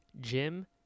Jim